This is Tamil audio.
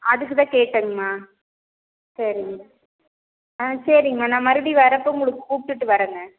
அதுக்குதான் கேட்டன்ங்கம்மா சரிங்க ஆ சரிங்கம்மா நான் மறுபடி வர்றப்போ உங்களுக்கு கூப்பிட்டுட்டு வர்றேன்ங்க